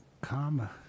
karma